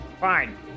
Fine